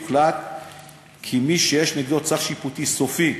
הוחלט כי מי שיש נגדו צו שיפוטי סופי